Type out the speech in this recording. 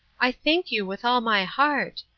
i thank you with all my heart.